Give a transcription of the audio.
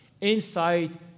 inside